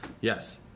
Yes